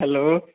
hello